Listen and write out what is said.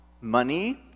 money